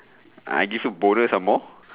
ah I give you bonus some more